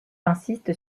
insiste